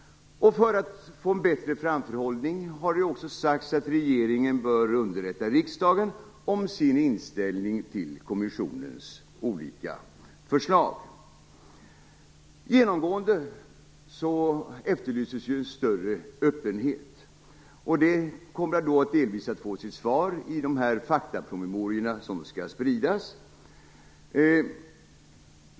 För att få en bättre framförhållning har det också sagts att regeringen bör underrätta riksdagen om sin inställning till kommissionens olika förslag. Genomgående efterlyses en större öppenhet. Det kommer delvis att få sitt svar i de faktapromemorior som skall spridas.